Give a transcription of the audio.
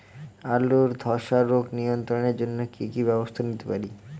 আলুর ধ্বসা রোগ নিয়ন্ত্রণের জন্য কি কি ব্যবস্থা নিতে পারি?